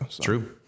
True